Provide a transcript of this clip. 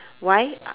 why